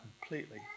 completely